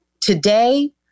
today